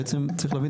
בעצם צריך להבין,